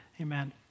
amen